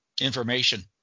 information